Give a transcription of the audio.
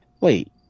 Wait